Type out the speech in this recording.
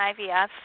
IVF